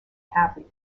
happy